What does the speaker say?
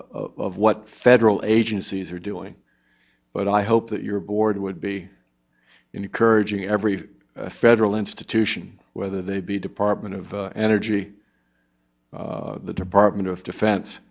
of what federal agencies are doing but i hope that your board would be encouraging every federal institution whether they be department of energy the department of defen